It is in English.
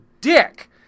dick